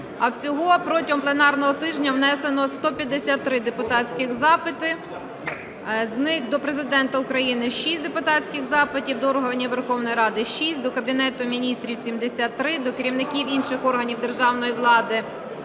Всього протягом пленарного тижня внесено 153 депутатські запити. З них: до Президента України – 6 депутатських запитів; до органів Верховної Ради – 6; до Кабінету Міністрів – 73; до керівників інших органів державної влади